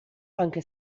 anche